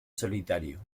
solitario